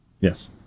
Yes